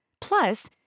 Plus